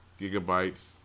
gigabytes